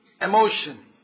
emotion